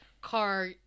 car